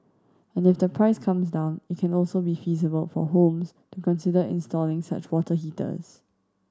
and if the price comes down it can also be feasible for homes to consider installing such water heaters